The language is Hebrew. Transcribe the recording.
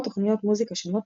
במוזיקה העולמית.